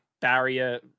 barrier